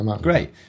Great